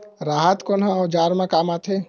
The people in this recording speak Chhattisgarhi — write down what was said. राहत कोन ह औजार मा काम आथे?